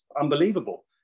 unbelievable